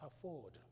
afford